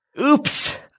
Oops